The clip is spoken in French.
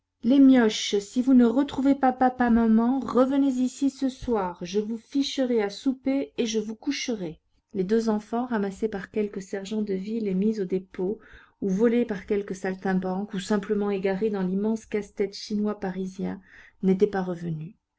les mioches si vous ne retrouvez pas papa maman revenez ici ce soir je vous ficherai à souper et je vous coucherai les deux enfants ramassés par quelque sergent de ville et mis au dépôt ou volés par quelque saltimbanque ou simplement égarés dans l'immense casse-tête chinois parisien n'étaient pas revenus